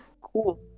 cool